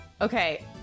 Okay